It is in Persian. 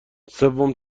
سوم